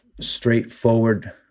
straightforward